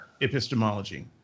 epistemology